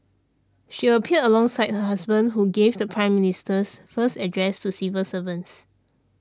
she appeared alongside her husband who gave the Prime Minister's first address to civil servants